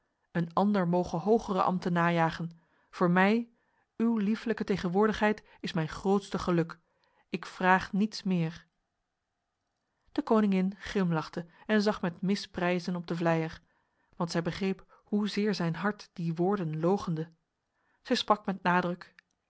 een ander moge hogere ambten najagen voor mij uw lieflijke tegenwoordigheid is mijn grootste geluk ik vraag niets meer de koningin grimlachte en zag met misprijzen op de vleier want zij begreep hoe zeer zijn hart die woorden loochende zij sprak met nadruk